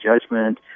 judgment